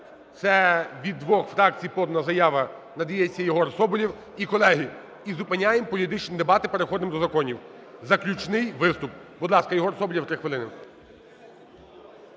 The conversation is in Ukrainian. Це від двох фракцій подана заява, надається. Єгор Соболєв. І, колеги, і зупиняємо політичні дебати, переходимо до законів. Заключний виступ, будь ласка, Єгор Соболєв, 3 хвилини.